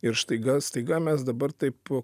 ir štaiga staiga mes dabar taip